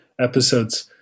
episodes –